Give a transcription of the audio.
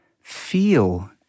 feel